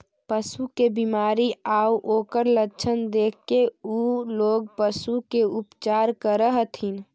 पशु के बीमारी आउ ओकर लक्षण देखके उ लोग पशु के उपचार करऽ हथिन